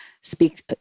speak